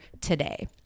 today